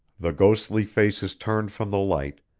the ghostly faces turned from the light,